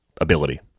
ability